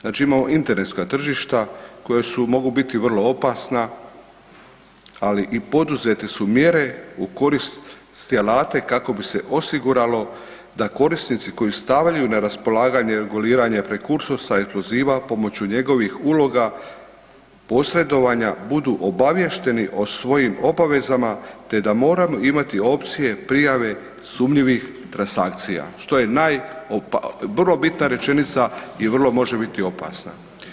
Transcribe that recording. Znači imamo internetska tržišta koja su mogu biti vrlo opasna, ali i poduzete su mjere u korist ... kako bi se osiguralo da korisnici koji stavljaju na raspolaganje i reguliranje prekursora eksploziva pomoću njegovih uloga, posredovanja budu obaviješteni o svojim obavezama te da mora imati opcije prijave sumnjivih transakcija, što je vrlo bitna rečenica i vrlo može biti opasna.